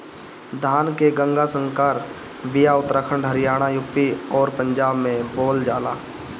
धान के गंगा संकर बिया उत्तराखंड हरियाणा, यू.पी अउरी पंजाब में बोअल जाला